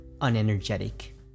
unenergetic